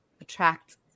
attract